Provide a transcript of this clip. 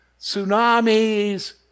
tsunamis